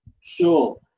Sure